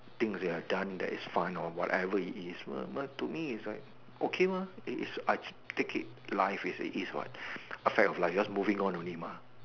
things that you have done that is fun or whatever it is but to me it's like okay mah it is I take it life as it is what a fact of life just moving on only mah